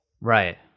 right